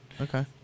Okay